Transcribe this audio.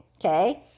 Okay